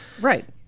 Right